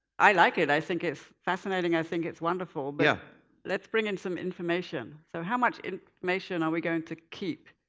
i like it. i think it's it's fascinating. i think it's wonderful. but yeah let's bring in some information. so how much information are we going to keep?